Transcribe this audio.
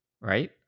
right